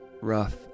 rough